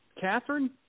Catherine